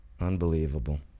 unbelievable